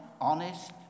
honest